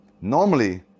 Normally